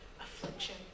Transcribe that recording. affliction